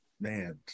Man